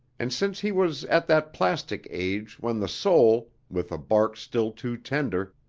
and since he was at that plastic age when the soul, with a bark still too tender,